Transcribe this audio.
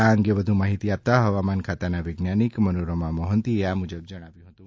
આ અંગે વધુ માહિતી આપતા હવામાન ખાતાના વૈજ્ઞાનિક મનોરમા મોહંતીએ આ મુજબ જણાવ્યું હતું